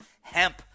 hemp